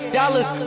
dollars